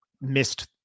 missed